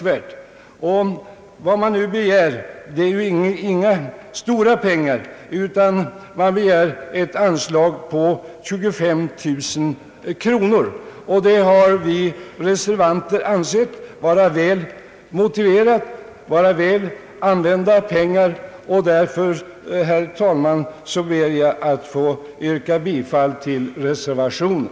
Vad man nu begär är inga stora pengar utan ett anslag på 25 000 kronor. Vi reservanter anser detta väl motiverat. Det är väl använda pengar. Därför, herr talman, ber jag att få yrka bifall till reservationen.